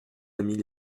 amies